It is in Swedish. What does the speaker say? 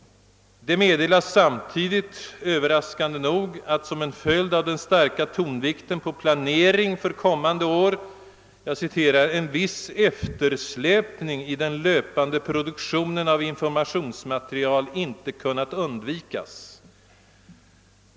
Det meddelas samtidigt, överraskande nog, att som en följd av den starka tonvikten på planering för kommande år »en viss eftersläpning i den löpande produktionen av informationsmaterial inte kunnat undvikas».